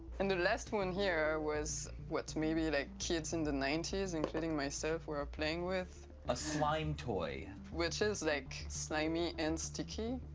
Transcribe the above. and the last one here was what maybe like kids in the ninety s including myself were playing with. a slime toy. which is like slimy and sticky.